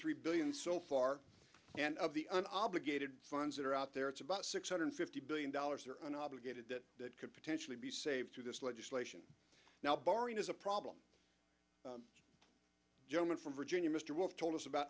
three billion so far and of the un obligated funds that are out there it's about six hundred fifty billion dollars or one obligated that that could potentially be saved through this legislation now bahrain is a problem gentleman from virginia mr wolfe told us about